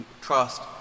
trust